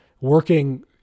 working